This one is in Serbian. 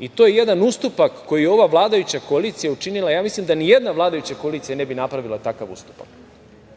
i to je jedan ustupak koji ova vladajuća koalicija učinila, ja mislim da ni jedna vladajuća koalicija ne bi napravila takav ustupak,